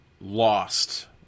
lost